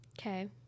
Okay